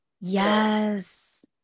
Yes